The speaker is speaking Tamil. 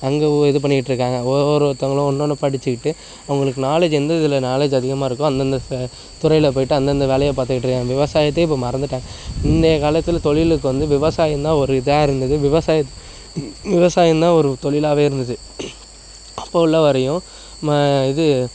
அங்கே உ இது பண்ணிக்கிட்டுருக்காங்க ஒவ்வொருத்தவங்களும் ஒன்று ஒன்று படிச்சிக்கிட்டு அவங்களுக்கு நாலேஜ் எந்த இதில் நாலேஜ் அதிகமாக இருக்கோ அந்தந்த ச துறையில் போயிவிட்டு அந்தந்த வேலையப் பார்த்துக்கிட்ருக்காங்க விவசாயத்தையே இப்போ மறந்துவிட்டாங்க முந்தையக் காலத்தில் தொழிலுக்கு வந்து விவசாயம் தான் ஒரு இதாக இருந்துது விவசாயம் விவசாயம் தான் ஒரு தொழிலாவே இருந்துது அப்போ உள்ள வரையும் ம இது